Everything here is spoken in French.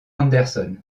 anderson